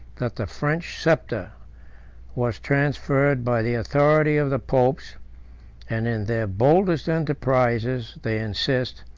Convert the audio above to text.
that the french sceptre was transferred by the authority of the popes and in their boldest enterprises, they insist,